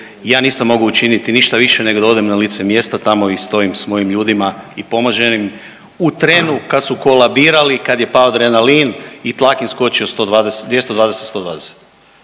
Ja nisam mogao učiniti ništa više nego da odem na lice mjesta tamo i stojim s mojim ljudima i pomažem im u trenu kad su kolabirali, kad je pao adrenalin i tlak im skočio 120,